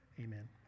amen